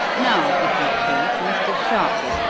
now, if you please, mr. sharpless,